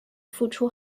复出